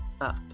up